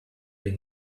been